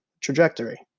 trajectory